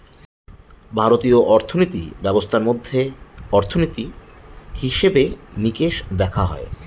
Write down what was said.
ভারতীয় অর্থিনীতি ব্যবস্থার মধ্যে অর্থনীতি, হিসেবে নিকেশ দেখা হয়